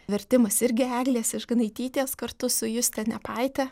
vertimas irgi eglės išganaitytės kartu su juste nepaite